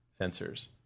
sensors